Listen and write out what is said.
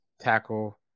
tackle